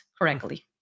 correctly